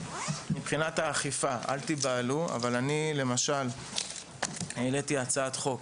מבחינת האכיפה אל תיבהלו אבל אני למשל העליתי הצעת חוק